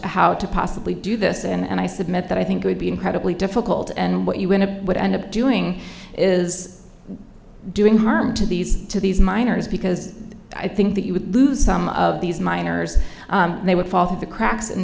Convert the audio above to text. how to possibly do this and i submit that i think would be incredibly difficult and what you want to would end up doing is doing harm to these to these miners because i think that you would lose some of these miners they would fall through the cracks in